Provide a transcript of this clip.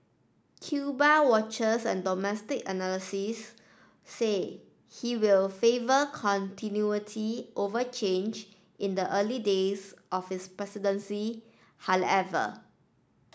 Cuba watchers and domestic analysis say he will favour continuity over change in the early days of his presidency however